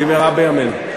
במהרה בימינו.